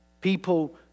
people